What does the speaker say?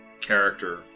character